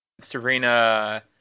Serena